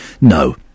No